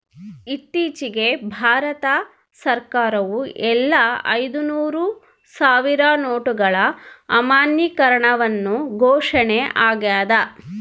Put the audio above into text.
ಇತ್ತೀಚಿಗೆ ಭಾರತ ಸರ್ಕಾರವು ಎಲ್ಲಾ ಐದುನೂರು ಸಾವಿರ ನೋಟುಗಳ ಅಮಾನ್ಯೀಕರಣವನ್ನು ಘೋಷಣೆ ಆಗ್ಯಾದ